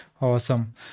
awesome